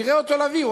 נראה אותו מביא,